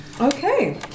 Okay